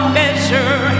measure